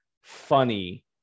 funny